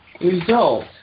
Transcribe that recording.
result